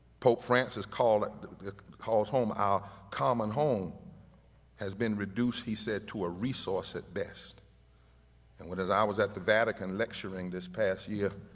pope francis called it calls home, our common home has been reduced he said to a resource at best and when i was at the vatican lecturing this past year